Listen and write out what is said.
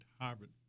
Harvard